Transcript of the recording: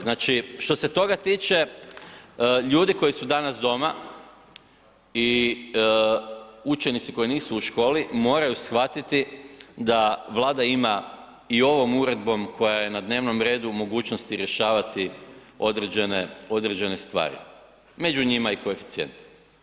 Znači, što se toga tiče, ljudi koji su danas doma i učenici koji nisu u školi, moraju shvatiti da Vlada ima i ovom uredbom koja je na dnevnom redu, mogućnosti rješavati određene stvari, među njima i koeficijente.